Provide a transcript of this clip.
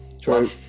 True